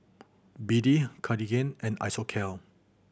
B D Cartigain and Isocal